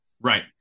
Right